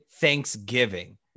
Thanksgiving